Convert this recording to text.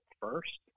first